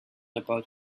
about